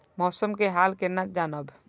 मौसम के हाल केना जानब?